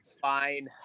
fine